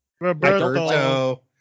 Roberto